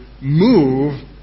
move